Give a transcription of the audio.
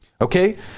Okay